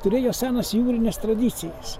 turėjo senas jūrines tradicijas